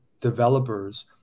developers